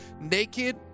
naked